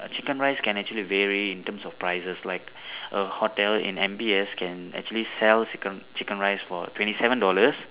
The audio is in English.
chicken rice can actually vary in terms of prices like a hotel in M_B_S can actually sell chicken chicken rice for twenty seven dollars